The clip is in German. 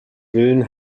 willen